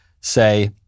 say